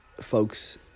folks